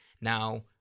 now